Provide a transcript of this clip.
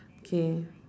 okay